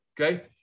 okay